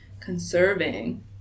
conserving